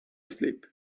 sleep